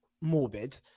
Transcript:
morbid